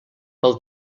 pel